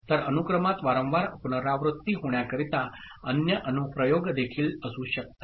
तर अनुक्रमात वारंवार पुनरावृत्ती होण्याकरिता अन्य अनुप्रयोग देखील असू शकतात